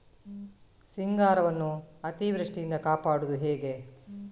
ಸಿಂಗಾರವನ್ನು ಅತೀವೃಷ್ಟಿಯಿಂದ ಕಾಪಾಡುವುದು ಹೇಗೆ?